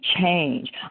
change